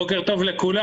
בוקר טוב לכולם.